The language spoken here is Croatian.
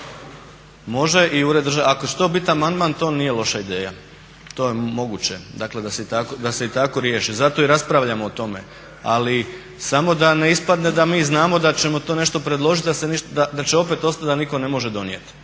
Može i ured državne, ako će to biti amandman to nije loša ideja. To je moguće da se i tako riješi, zato i raspravljamo o tome, ali samo da ne ispadne da mi znamo da ćemo to nešto predložit, da će opet ostat da nitko ne može donijet.